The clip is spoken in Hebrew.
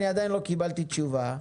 אבל עדיין לא קיבלתי תשובה.